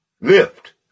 lift